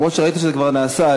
למרות שראיתי שזה כבר נעשה,